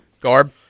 Garb